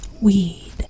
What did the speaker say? weed